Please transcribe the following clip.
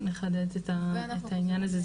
רק לחדד את העניין הזה.